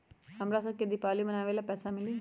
हमरा शव के दिवाली मनावेला पैसा मिली?